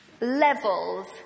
levels